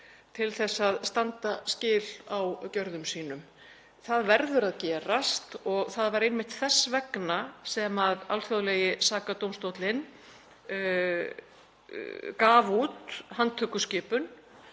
til að standa skil á gjörðum sínum. Það verður að gerast. Það var einmitt þess vegna sem alþjóðlegi sakadómstóllinn gaf út handtökuskipun